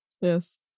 Yes